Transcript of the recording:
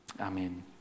Amen